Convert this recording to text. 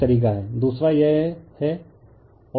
दूसरा यह है और दूसरा यह है यह हैं